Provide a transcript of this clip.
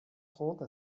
trente